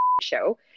show